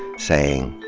saying,